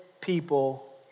people